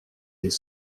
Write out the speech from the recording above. les